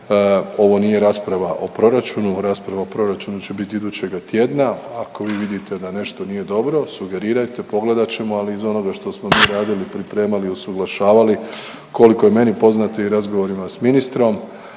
ovo nije rasprava o proračunu, rasprava o proračunu će biti idućega tjedna, ako vi vidite da nešto nije dobro, sugerirajte, pogledat ćemo, ali iz onoga što smo mi radili, pripremali, usuglašavali koliko je meni poznato i razgovorima s ministrom